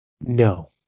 No